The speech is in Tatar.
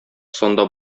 санда